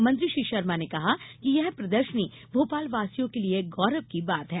मंत्री श्री शर्मा ने कहा कि यह प्रदर्शनी भोपाल वासियों के लिए गौरव की बात है